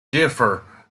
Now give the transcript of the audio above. differ